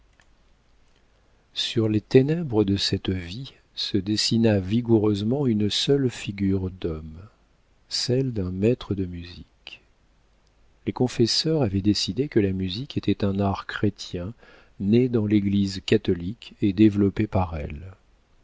sur les ténèbres de cette vie se dessina vigoureusement une seule figure d'homme celle d'un maître de musique les confesseurs avaient décidé que la musique était un art chrétien né dans l'église catholique et développé par elle